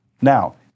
Now